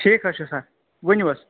ٹھیٖک حظ چھُ سَر ؤنِو حظ